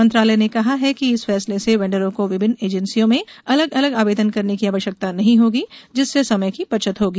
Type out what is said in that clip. मंत्रालय ने कहा है कि इस फैसले से वेंडरों को विभिन्न एजेंसियों में अलग अलग आवेदन करने की आवश्यकता नहीं होगी जिससे समय की बचत होगी